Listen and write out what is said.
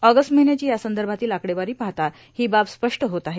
August र्माहन्याची यासंदभातील आकडेवारों पाहता हों बाब स्पष्ट होत आहे